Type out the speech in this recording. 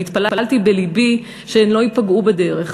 והתפללתי בלבי שהם לא ייפגעו בדרך